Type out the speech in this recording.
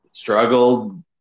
struggled